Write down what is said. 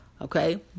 Okay